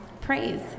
praise